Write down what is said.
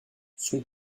son